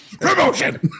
Promotion